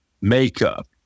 makeup